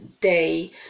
day